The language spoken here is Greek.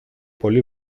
πολύ